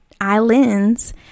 islands